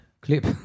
clip